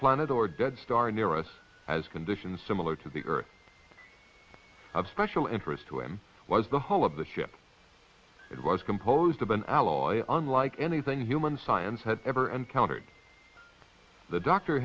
planet or dead star near us as conditions similar to the earth of special interest to him was the whole of the ship it was composed of an alloy unlike anything human science had ever encountered the d